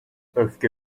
öfke